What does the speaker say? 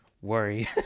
worry